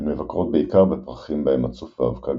הן מבקרות בעיקר בפרחים בהם הצוף והאבקה